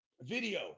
video